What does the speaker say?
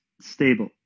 stable